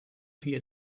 via